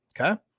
Okay